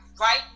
right